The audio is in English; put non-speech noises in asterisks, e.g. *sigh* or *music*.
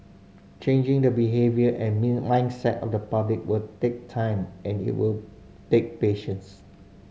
changing the behaviour and *unintelligible* mindset of the public will take time and it will take patience